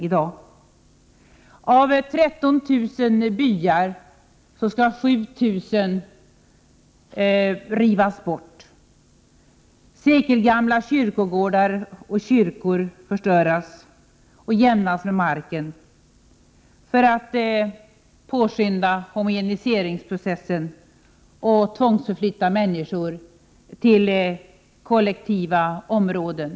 Av 13 000 byar skall 7 000 rivas bort, sekelgamla kyrkogårdar och kyrkor förstöras och jämnas med marken för att påskynda homogeniseringsprocessen och tvångsförflytta människor till kollektiva områden.